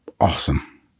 Awesome